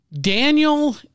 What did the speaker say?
Daniel